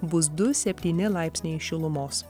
bus du septyni laipsniai šilumos